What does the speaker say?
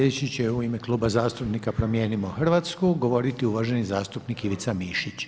Sljedeći će u ime Kluba zastupnika Promijenimo Hrvatsku govoriti uvaženi zastupnik Ivica Mišić.